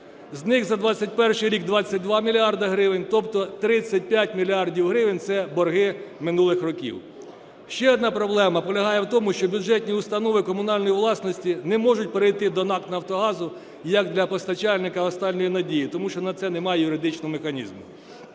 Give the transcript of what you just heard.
З них за 21-й рік – 22 мільярди гривень, тобто 35 мільярдів гривень – це борги минулих років. Ще одна проблема полягає в тому, що бюджетні установи комунальної власності не можуть перейти до НАК "Нафтогазу" як до постачальника "останньої надії", тому що на це нема юридичного механізму.